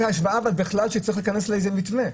אתה עשית השוואה שבכלל צריך להיכנס לאיזה מתווה.